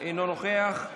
אינו נוכח,